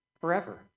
forever